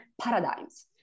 Paradigms